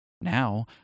Now